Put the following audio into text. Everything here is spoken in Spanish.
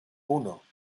uno